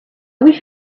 wish